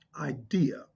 idea